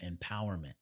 empowerment